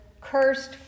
cursed